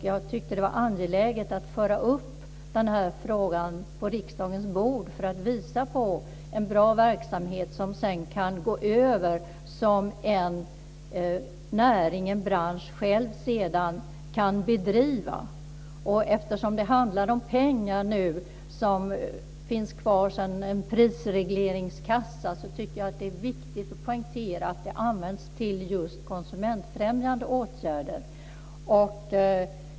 Jag tyckte att det var angeläget att föra upp den här frågan på riksdagens bord för att visa på en bra verksamhet som en bransch sedan kan ta över och bedriva själv. Eftersom det nu handlar om pengar som finns kvar sedan en prisregleringskassa tycker jag att det är viktigt att poängtera att de används till just konsumentfrämjande åtgärder.